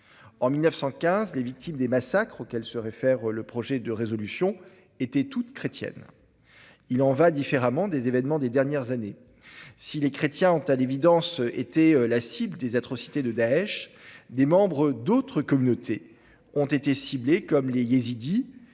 En 1915, les victimes des massacres auxquels se réfère le projet de résolution étaient toutes chrétiennes. Il en va différemment des événements des dernières années. Si les chrétiens ont, à l'évidence, été la cible des atrocités de Daech, des membres d'autres communautés ont été visés, comme les yézidis,